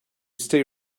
stay